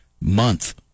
Month